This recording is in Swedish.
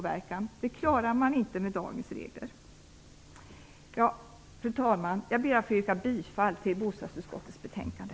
Detta klarar man inte med dagens regler. Fru talman! Jag ber att få yrka bifall till hemställan i bostadsutskottets betänkande.